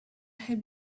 have